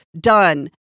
done